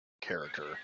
character